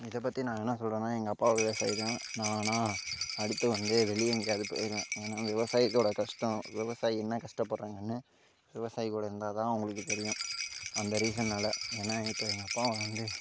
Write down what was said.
இதைப் பற்றி நான் என்ன சொல்கிறனா எங்கள் அப்பா விவசாயி தான் நான் ஆனால் அடுத்து வந்து வெளியே எங்கேயாவது போயிடுவேன் ஏன்னா விவசாயத்தோடய கஷ்டம் விவசாயி என்ன கஷ்டப்பட்றாங்கனு விவசாயி கூட இருந்தால் தான் அவங்களுக்கு தெரியும் அந்த ரீஷன்னால் ஏன்னா இப்போ எங்கள் அப்பா வந்து